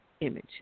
image